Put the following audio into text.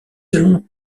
allons